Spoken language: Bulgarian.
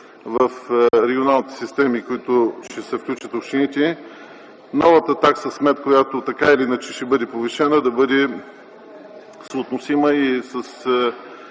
в регионалните системи, в които ще се включат общините, новата такса смет, която, така или иначе, ще бъде повишена, да бъда съотносима и